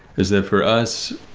is that for us,